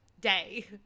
day